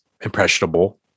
impressionable